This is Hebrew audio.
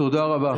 תודה רבה.